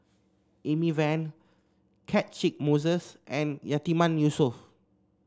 Amy Van Catchick Moses and Yatiman Yusof